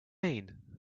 mean